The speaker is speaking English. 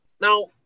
Now